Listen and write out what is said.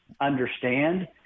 understand